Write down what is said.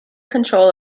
control